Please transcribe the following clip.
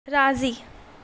राज़ी